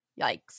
Yikes